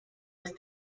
ist